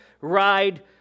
ride